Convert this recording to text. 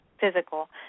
physical